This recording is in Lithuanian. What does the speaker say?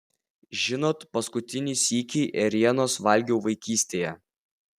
žinot paskutinį sykį ėrienos valgiau vaikystėje